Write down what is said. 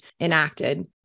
enacted